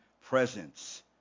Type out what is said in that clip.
presence